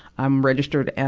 i'm registered, and